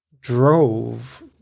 drove